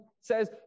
says